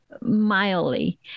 mildly